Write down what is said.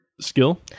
skill